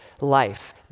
life